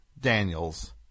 Daniels